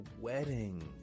wedding